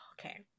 Okay